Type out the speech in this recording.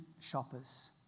shoppers